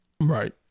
Right